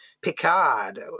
Picard